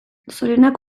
zorionak